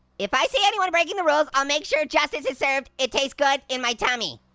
if i see anyone breaking the rules, i'll make sure justice is served. it tastes good in my tummy.